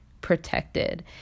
protected